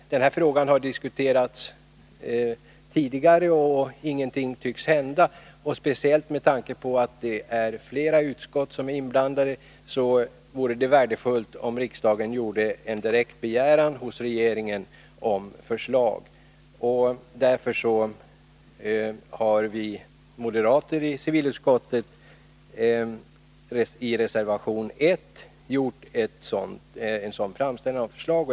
Den här frågan har diskuterats tidigare, och ingenting tycks hända. Speciellt med tanke på att flera utskott är inblandade vore det värdefullt om riksdagen gjorde en direkt begäran hos regeringen om förslag. Därför har vi moderater i civilutskottet i reservation 1 gjort en sådan framställning om förslag.